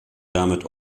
damit